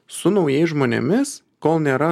su naujais žmonėmis kol nėra